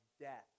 death